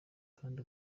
cyane